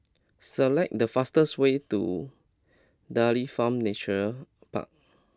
select the fastest way to Dairy Farm Nature Park